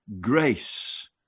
grace